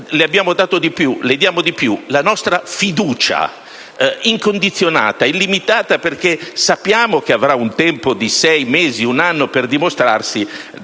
le abbiamo dato di più: le diamo infatti la nostra fiducia incondizionata e illimitata. Sappiamo che avrà un tempo di sei mesi o un anno per dimostrarci